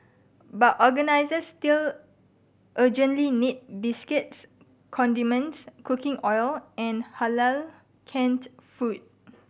but organisers still urgently need biscuits condiments cooking oil and Halal canned food